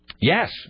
Yes